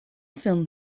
film